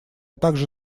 также